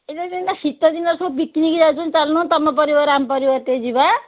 ଏଇଟା ଯେମିତିଆ ଶୀତ ଦିନ ସବୁ ପିକନିକ୍ ଯାଉଛନ୍ତି ଚାଲୁନ ତମ ପରିବାର ଆମ ପରିବାର ଟିକେ ଯିବା